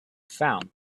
found